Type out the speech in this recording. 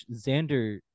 Xander